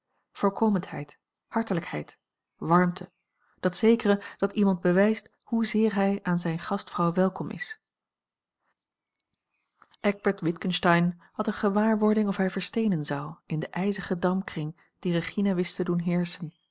voorkomendheid hartelijkheid warmte dat zekere dat iemand bewijst hoezeer hij aan zijne gastvrouw welkom is eckbert witgensteyn had eene gewaarwording of hij versteenen zou in den ijzigen dampkring dien regina wist te doen heerschen